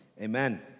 amen